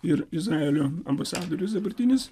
ir izraelio ambasadorius dabartinis